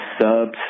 subs